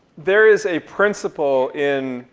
there is a principle in